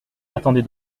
attendez